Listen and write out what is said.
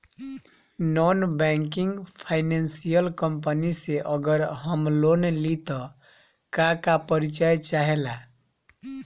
Non banking financial company से अगर हम लोन लि त का का परिचय चाहे ला?